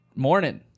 morning